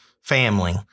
family